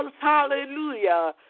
hallelujah